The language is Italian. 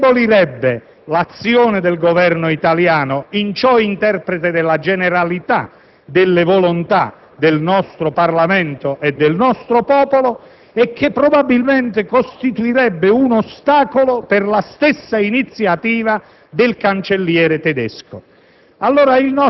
che indebolirebbero l'azione del Governo italiano, in ciò interprete della generalità delle volontà del nostro Parlamento e del nostro popolo, e che probabilmente costituirebbero un ostacolo per la stessa iniziativa del cancelliere tedesco.